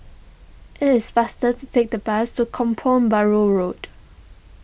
it is faster to take the bus to Kampong Bahru Road